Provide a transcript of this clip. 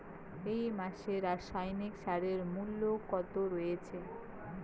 এই মাসে রাসায়নিক সারের মূল্য কত রয়েছে?